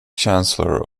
chancellor